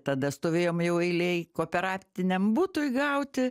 tada stovėjom jau eilėj kooperatiniam butui gauti